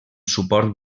suport